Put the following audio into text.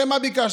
הרי מה ביקשנו?